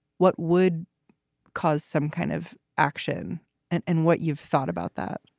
what would cause some kind of action and and what you've thought about that